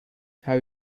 how